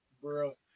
bro